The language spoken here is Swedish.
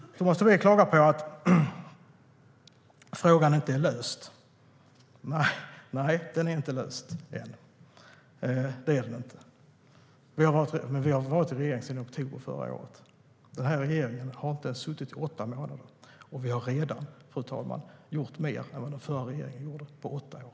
Tomas Tobé klagar på att problemet inte är löst. Nej, det är inte löst än. Men den här regeringen har inte ens suttit i åtta månader, och vi har redan, fru talman, gjort mer än vad den förra regeringen gjorde på åtta år.